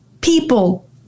people